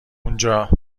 اونجا